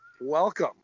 welcome